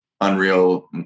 unreal